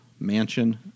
mansion